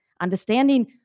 understanding